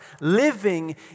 Living